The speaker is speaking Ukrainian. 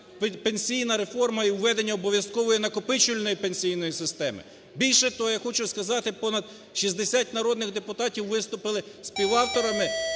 пенсійна реформа і введення обов'язкової накопичувальної пенсійної системи. Більше того, я хочу сказати, понад 60 народних депутатів виступили співавторами